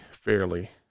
fairly